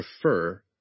prefer